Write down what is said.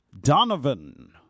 Donovan